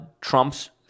Trump's